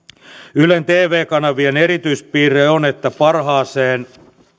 ylen tv kanavien erityispiirre on että parhaaseen